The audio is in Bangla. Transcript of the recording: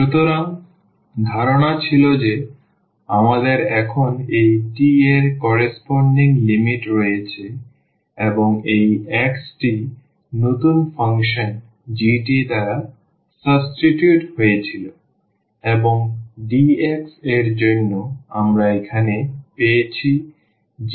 সুতরাং ধারণা ছিল যে আমাদের এখন এই t এর করস্পন্ডিং লিমিট রয়েছে এবং এই x টি নতুন ফাংশন g দ্বারা সাবস্টিটিউট হয়েছিল এবং dx এর জন্য আমরা এখানে পেয়েছি gdt